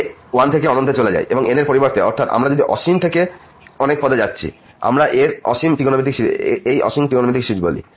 এবং যখন k 1 থেকে অনন্তে চলে যায় এই n এরপরিবর্তে অর্থাৎ যদি আমরা অসীম অনেক পদে যাচ্ছি আমরা এই অসীম ত্রিকোণমিতিক সিরিজ বলি